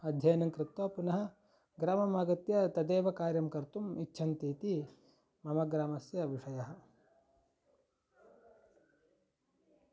अध्ययनं कृत्वा पुनः ग्रामम् आगत्य तदेव कार्यं कर्तुम् इच्छन्ति इति मम ग्रामस्य विषयः